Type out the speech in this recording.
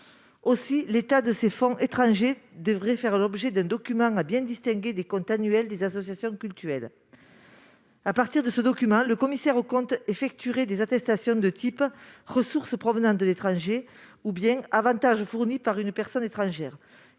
Aussi, l'état de ces fonds étrangers devrait faire l'objet d'un document distinct des comptes annuels des associations cultuelles. À partir de ce document, le commissaire aux comptes effectuerait des attestations de type « ressources provenant de l'étranger » ou bien « avantages fournis par une personne étrangère »,